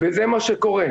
וזה מה שקורה.